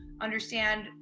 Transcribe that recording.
understand